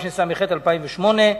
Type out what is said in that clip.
התשס"ח 2008,